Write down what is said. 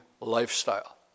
lifestyle